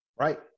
Right